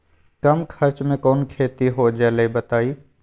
कम खर्च म कौन खेती हो जलई बताई?